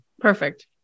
Perfect